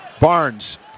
Barnes